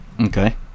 Okay